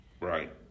Right